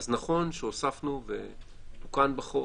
אז נכון שהוספנו ותוקן בחוק